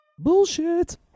Bullshit